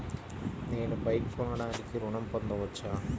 నేను బైక్ కొనటానికి ఋణం పొందవచ్చా?